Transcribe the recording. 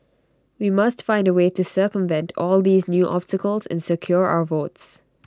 we must find A way to circumvent all these new obstacles and secure our votes